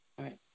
right